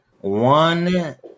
one